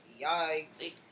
yikes